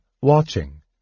watching